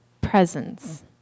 presence